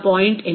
8